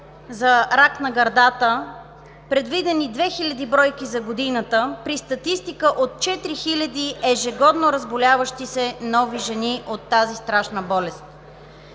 за рак на гърдата – предвидени 2000 бройки за годината, при статистика от 4000 ежегодно разболяващи се нови жени от тази страшна болест,